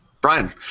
Brian